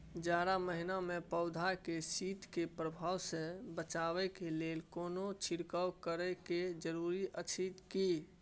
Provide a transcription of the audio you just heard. जारा महिना मे पौधा के शीत के प्रभाव सॅ बचाबय के लेल कोनो छिरकाव करय के जरूरी अछि की?